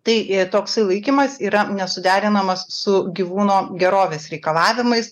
tai toksai laikymas yra nesuderinamas su gyvūno gerovės reikalavimais